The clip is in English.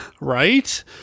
Right